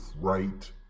right